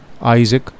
Isaac